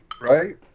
Right